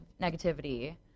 negativity